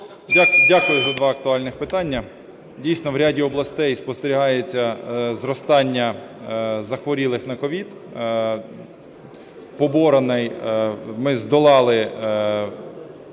Дякую за два актуальних питання. Дійсно, в ряді областей спостерігається зростання захворілих на COVID.